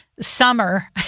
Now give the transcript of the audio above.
summer